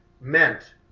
meant